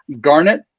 Garnet